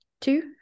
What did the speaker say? Two